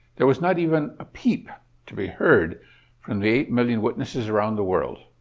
there was not even a peep to be heard from the eight million witnesses around the world.